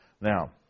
Now